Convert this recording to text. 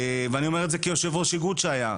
ואני אומר את זה כיו"ר איגוד שחייה.